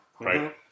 right